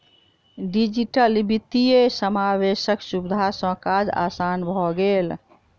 digital वित्तीय समावेशक सुविधा सॅ काज आसान भ गेल